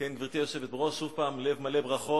כן, גברתי היושבת בראש, שוב, לב מלא ברכות